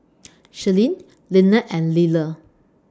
Sherilyn Lynnette and Liller